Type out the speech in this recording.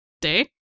day